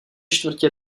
čtvrtě